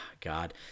God